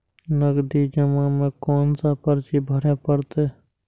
नगदी जमा में कोन सा पर्ची भरे परतें?